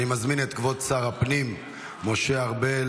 אני מזמין את כבוד שר הפנים משה ארבל